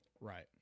right